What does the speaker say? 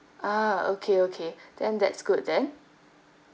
ah okay okay then that's good then